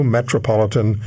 Metropolitan